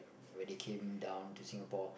where they came down to Singapore